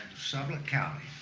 sublette county,